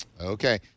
okay